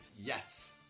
Yes